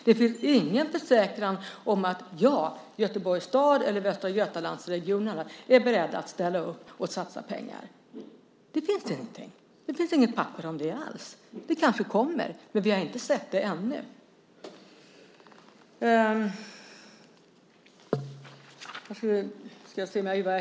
Det finns ingen försäkran om att Göteborgs stad eller Västra Götalandsregionen är beredd att ställa upp och satsa pengar. Det finns ingenting, det finns inget papper om det alls. Det kanske kommer, men vi har inte sett det ännu.